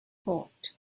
thought